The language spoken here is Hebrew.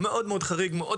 מאוד מאוד קשוח,